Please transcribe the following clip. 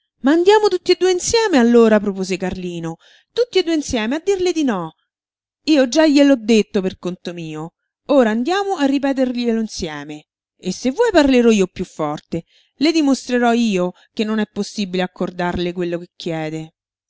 andiamo tutti e due insieme allora propose carlino tutti e due insieme a dirle di no io già gliel'ho detto per conto mio ora andiamo a ripeterglielo insieme e se vuoi parlerò io piú forte le dimostrerò io che non è possibile accordarle quello che chiede